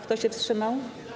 Kto się wstrzymał?